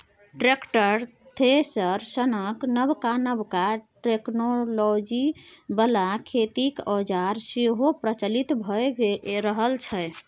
tractor, thresher सनक नबका नबका टेक्नोलॉजी बला खेतीक औजार सेहो प्रचलित भए रहल छै